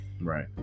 Right